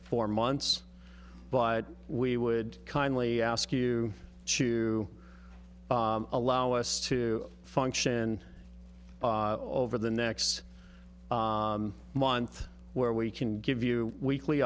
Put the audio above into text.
for months but we would kindly ask you to allow us to function over the next month where we can give you weekly